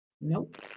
Nope